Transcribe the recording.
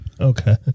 Okay